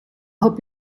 help